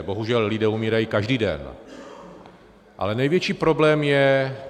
Bohužel, lidé umírají každý den, ale největší problém je panika.